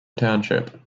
township